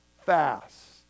fast